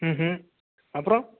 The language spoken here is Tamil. ம் ம் அப்பறம்